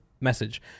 message